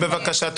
צאי בבקשה.